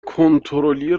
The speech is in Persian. کنترلی